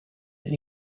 then